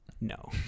No